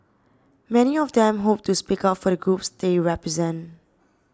many of them hope to speak up for the groups they represent